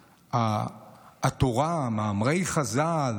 שהתורה, מאמרי חז"ל,